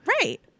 Right